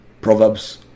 Proverbs